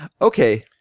Okay